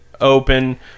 open